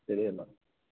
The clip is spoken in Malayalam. ശരിയെന്നാല്